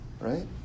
Right